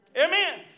Amen